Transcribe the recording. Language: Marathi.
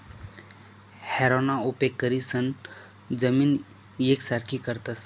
हॅरोना उपेग करीसन जमीन येकसारखी करतस